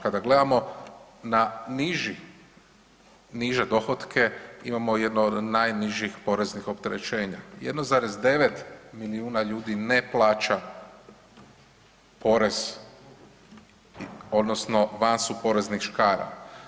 Kada gledamo na niži, niže dohotke imamo jedno od najnižih poreznih opterećenja 1,9 milijuna ljudi ne plaća porez odnosno van su poreznih škara.